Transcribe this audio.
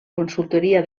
consultoria